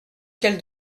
qu’elle